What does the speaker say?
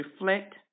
reflect